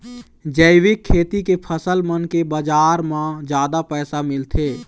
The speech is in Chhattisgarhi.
जैविक खेती के फसल मन के बाजार म जादा पैसा मिलथे